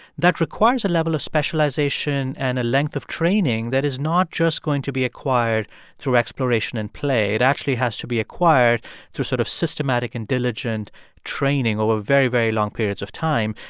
that requires a level of specialization and a length of training that is not just going to be acquired through exploration and play. it actually has to be acquired through sort of systematic and diligent training over very, very long periods of time.